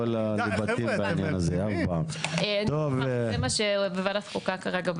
זה מה שנדון כרגע בוועדת החוקה.